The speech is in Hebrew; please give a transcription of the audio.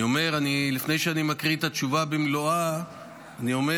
--- לפני שאני מקריא את התשובה במלואה אני אומר